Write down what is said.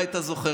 אולי אתה זוכר,